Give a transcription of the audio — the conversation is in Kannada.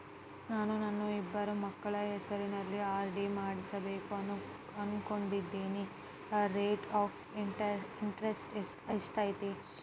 ನಾನು ನನ್ನ ಇಬ್ಬರು ಮಕ್ಕಳ ಹೆಸರಲ್ಲಿ ಆರ್.ಡಿ ಮಾಡಿಸಬೇಕು ಅನುಕೊಂಡಿನಿ ರೇಟ್ ಆಫ್ ಇಂಟರೆಸ್ಟ್ ಎಷ್ಟೈತಿ?